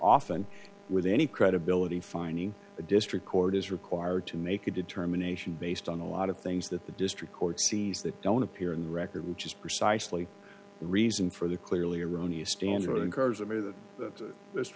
often with any credibility finding a district court is required to make a determination based on a lot of things that the district court sees that don't appear in the record which is precisely the reason for the clearly erroneous standard in cars